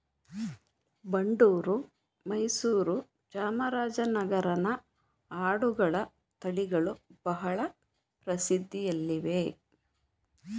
ಬಂಡೂರು, ಮೈಸೂರು, ಚಾಮರಾಜನಗರನ ಆಡುಗಳ ತಳಿಗಳು ಬಹಳ ಪ್ರಸಿದ್ಧಿಯಲ್ಲಿವೆ